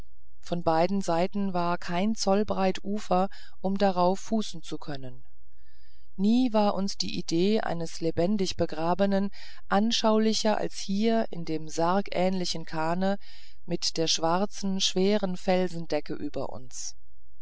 von beiden seiten war kein zoll breit ufer um darauf fußen zu können nie war uns die idee eines lebendig begrabenen anschaulicher als hier in dem sargähnlichen kahne mit der schwarzen schweren felsendecke über uns